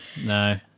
no